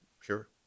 Sure